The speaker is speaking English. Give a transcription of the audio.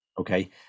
okay